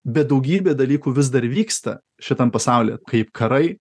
bet daugybė dalykų vis dar vyksta šitam pasaulyje kaip karai